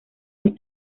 los